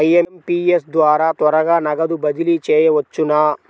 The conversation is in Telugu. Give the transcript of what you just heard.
ఐ.ఎం.పీ.ఎస్ ద్వారా త్వరగా నగదు బదిలీ చేయవచ్చునా?